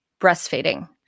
breastfeeding